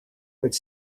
with